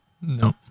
No